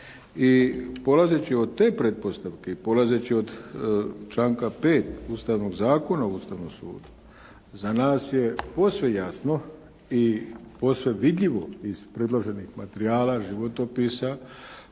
I polazeći od te pretpostavke i polazeći od članka 5. Ustavnog zakona o Ustavnom sudu za nas je posve jasno i posve vidljivo iz predloženih materijala, životopisa,